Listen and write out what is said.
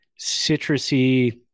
citrusy